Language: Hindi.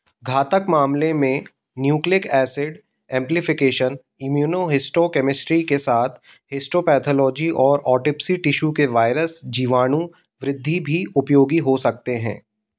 घातक मामले में न्यूक्लिक एसिड एम्पलीफिकेशन इम्यूनोहिस्टोकेमिस्ट्री के साथ हिस्टोपैथोलॉजी और ऑटिप्सी टिश्यू के वायरस जीवाणु वृद्धि भी उपयोगी हो सकते हैं